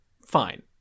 Fine